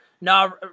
No